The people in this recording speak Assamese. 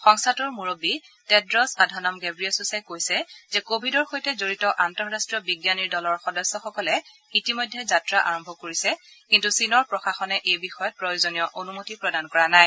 সংস্থাটোৰ মুৰববী টেড্ৰচ আধানম ঘেৱিয়েচাচে কৈছে যে কোভিডৰ সৈতে জড়িত আন্তঃৰাষ্ট্ৰীয় বিজ্ঞানীৰ দলৰ সদস্যসকলে ইতিমধ্যে যাত্ৰা আৰম্ভ কৰিছে কিন্তু চীনৰ প্ৰশাসনে এই বিষয়ত প্ৰয়োজনীয় অনুমতি প্ৰদান কৰা নাই